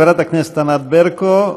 חברת הכנסת ענת ברקו.